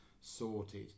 sorted